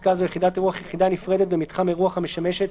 בפסקה זו - "יחידת אירוח" יחידה נפרדת במתחם אירוח המשמשת